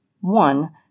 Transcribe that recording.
One